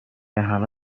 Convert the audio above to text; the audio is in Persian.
همه